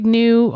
new